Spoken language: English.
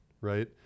Right